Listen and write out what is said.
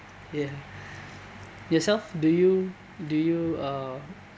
ya yourself do you do you uh